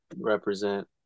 represent